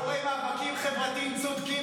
אל תתכסי מאחורי מאבקים חברתיים צודקים